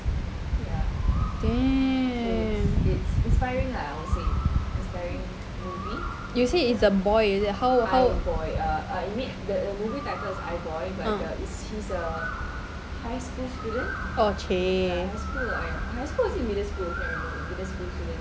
damn you say is the boy is it how oh !chey!